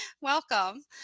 welcome